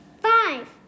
five